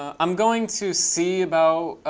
ah i'm going to see about